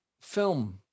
film